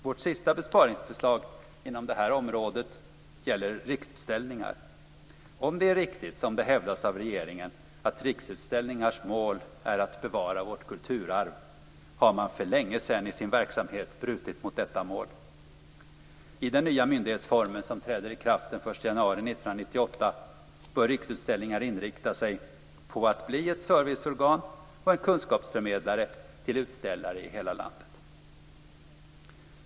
Vårt sista besparingsförslag inom detta område gäller Riksutställningar. Om det är riktigt, som det hävdas av regeringen, att Riksutställningars mål är att bevara vårt kulturarv har man för länge sedan i sin verksamhet brutit mot detta mål. I den nya myndighetsformen som träder i kraft den 1 januari 1998 bör Riksutställningar inrikta sig på att bli ett serviceorgan och en kunskapsförmedlare till utställare i hela landet.